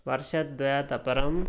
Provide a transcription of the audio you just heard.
वर्ष द्वयात् अपरम्